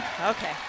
Okay